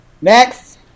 Next